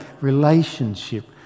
relationship